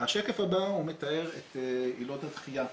השקף הבא מתאר את עילות הדחייה